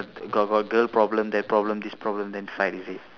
got got girl problem that problem this problem then fight is it